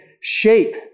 shape